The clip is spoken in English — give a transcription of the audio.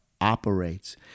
operates